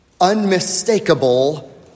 unmistakable